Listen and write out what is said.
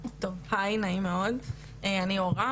היי נעים מאוד, אני אור רם